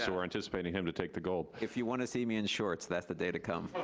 so we're anticipating him to take the gold. if you wanna see me in shorts that's the day to come.